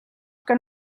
que